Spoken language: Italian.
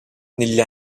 negli